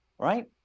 right